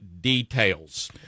details